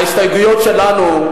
ההסתייגויות שלנו,